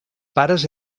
pares